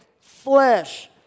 flesh